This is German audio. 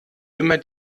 immer